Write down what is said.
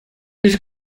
ich